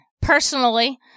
personally